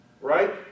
right